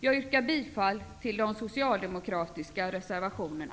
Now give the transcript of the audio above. Jag yrkar bifall till de socialdemokratiska reservationerna.